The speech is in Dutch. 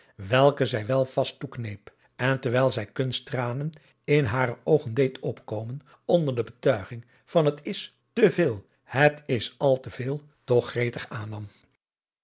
welke zij wel vast toekneep en terwijl zij kunsttranen in hare oogen deed opkomen onder de betuiging van het is te veel het is al te veel toch gretig aannam